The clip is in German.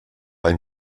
ein